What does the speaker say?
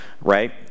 Right